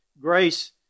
grace